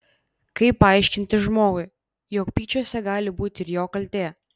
kaip paaiškinti žmogui jog pykčiuose gali būti ir jo kaltė